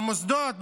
במוסדות,